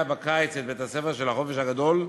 בקיץ את "בתי-הספר של החופש הגדול",